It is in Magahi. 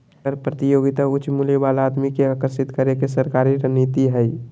कर प्रतियोगिता उच्च मूल्य वाला आदमी के आकर्षित करे के सरकारी रणनीति हइ